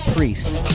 Priests